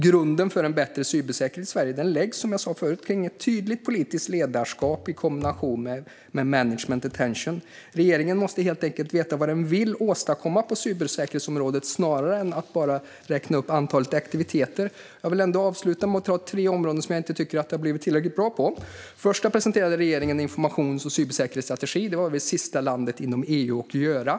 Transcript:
Grunden för bättre cybersäkerhet i Sverige läggs som jag sa förut genom ett tydligt politiskt ledarskap i kombination med management attention. Regeringen måste helt enkelt veta vad den vill åstadkomma på cybersäkerhetsområdet snarare än att bara räkna upp antalet aktiviteter. Jag vill avsluta med att ta upp tre områden där jag inte tycker att det har blivit tillräckligt bra. För det första presenterade regeringen en information och cybersäkerhetsstrategi. Det var Sverige det sista landet inom EU att göra.